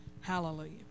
Hallelujah